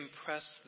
Impress